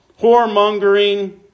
whoremongering